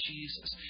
Jesus